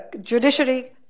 Judiciary